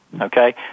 Okay